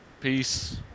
Peace